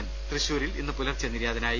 ഭവദാസ്യൻ തൃശൂരിൽ ഇന്ന് പുലർച്ചെ നിര്യാതനായി